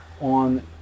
on